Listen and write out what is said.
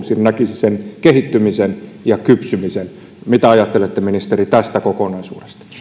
näkisi sen kehittymisen ja kypsymisen mitä ajattelette ministeri tästä kokonaisuudesta